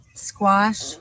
Squash